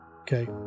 Okay